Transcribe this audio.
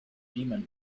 demon